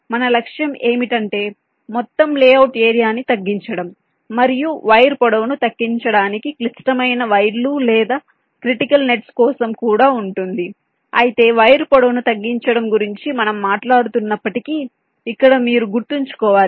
మన లక్ష్యం ఏమిటంటే మొత్తం లేఅవుట్ ఏరియా ని తగ్గించడం మరియు వైర్ పొడవును తగ్గించడానికి క్లిష్టమైన వైర్లు లేదా క్రిటికల్ నెట్స్ కోసం కూడా ఉంటుంది అయితే వైర్ పొడవును తగ్గించడం గురించి మనము మాట్లాడుతున్నప్పటికీ ఇక్కడ మీరు గుర్తుంచుకోవాలి